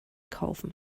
kaufen